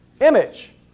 Image